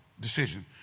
decision